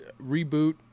reboot